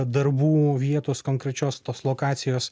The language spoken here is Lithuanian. darbų vietos konkrečios tos lokacijos